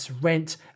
rent